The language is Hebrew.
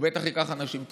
הוא בטח ייקח אנשים טובים.